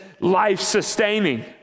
life-sustaining